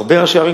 הרבה ראשי ערים,